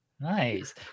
Nice